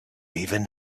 even